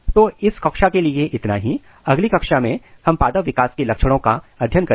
तो इस कक्षा के लिए इतना ही अगली कक्षा में हम पादप विकास के लक्षणों का अध्ययन करेंगे